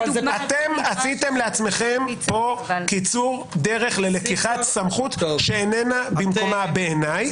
אתם עשיתם לעצמכם פה קיצור דרך ללקיחת סמכות שאיננה במקומה בעיני.